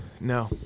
No